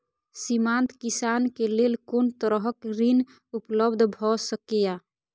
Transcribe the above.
सीमांत किसान के लेल कोन तरहक ऋण उपलब्ध भ सकेया?